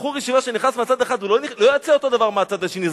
בחור ישיבה שנכנס מצד אחד לא יוצא אותו הדבר מהצד השני,